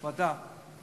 ועדה.